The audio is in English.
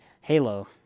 Halo